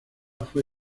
fue